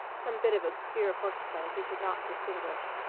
some bit of obscure horseplay he could not distinguish.